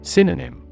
Synonym